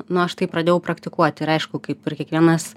nu aš tai pradėjau praktikuoti ir aišku kaip ir kiekvienas